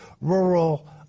rural